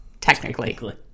Technically